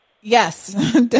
Yes